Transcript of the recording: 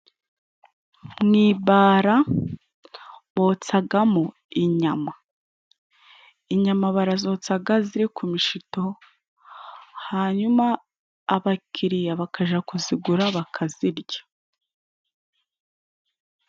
Mwibara botsagamo inyama. Inyama barazotsaga ziri ku mishito, hanyuma abakiriya bakaja kuzigura bakazirya.